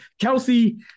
kelsey